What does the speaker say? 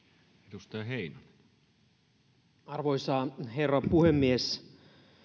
arvoisa herra puhemies